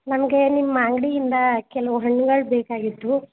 ನಮಗೆ ನಿಮ್ಮ ಅಂಗಡಿಯಿಂದ ಕೆಲವು ಹಣ್ಗಳು ಬೇಕಾಗಿದ್ವು